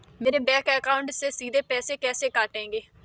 मेरे bank account से सीधे रुपए कैसे कटेंगे?